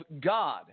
God